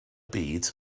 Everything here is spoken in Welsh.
byd